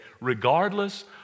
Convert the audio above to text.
regardless